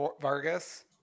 Vargas